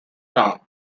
town